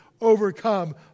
overcome